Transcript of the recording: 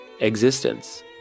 Existence